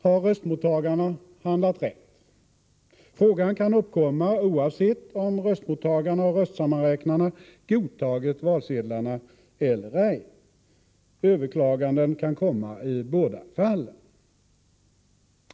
Har röstmottagarna handlat rätt? Frågan kan uppkomma oavsett om röstmottagarna och röstsammanräknarna godtagit valsedlarna eller ej. Överklaganden kan komma i båda fallen.